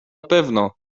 pewno